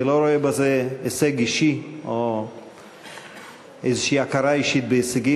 אני לא רואה בזה הישג אישי או איזו הכרה אישית בהישגים,